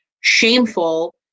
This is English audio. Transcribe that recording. shameful